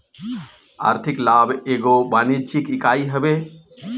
आर्थिक लाभ एगो वाणिज्यिक इकाई हवे